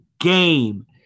game